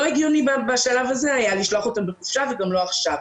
לא הגיוני היה בשלב הזה לשלוח אותם לחופשה וגם לא עכשיו.